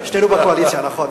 שנינו מהקואליציה, נכון.